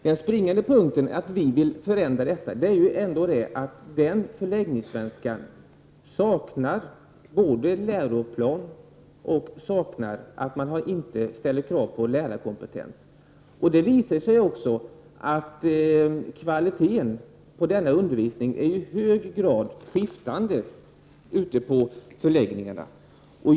Den springande punkten för att vi vill förändra detta är att denna förläggningssvenska saknar såväl läroplan som krav på lärarkompetens. Det visar sig också att kvaliteten på denna undervisning är i hög grad skiftande.